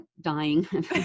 dying